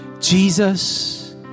Jesus